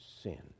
sin